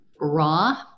raw